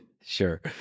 Sure